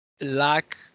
lack